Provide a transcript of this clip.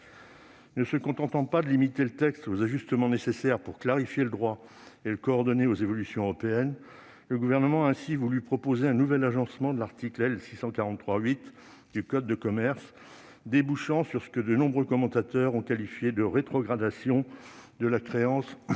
Ne se contentant pas de limiter le texte aux ajustements nécessaires pour clarifier le droit et le coordonner aux évolutions européennes, le Gouvernement a ainsi voulu proposer un nouvel agencement de l'article L. 643-8 du code de commerce, débouchant sur ce que de nombreux commentateurs ont qualifié de « rétrogradation » de la créance